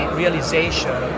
realization